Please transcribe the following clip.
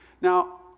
Now